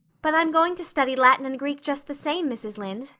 but i'm going to study latin and greek just the same, mrs. lynde,